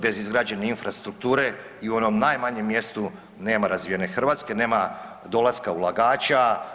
Bez izgrađene infrastrukture i u onom najmanjem mjestu nema razvijene Hrvatske, nema dolaska ulagača.